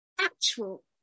actual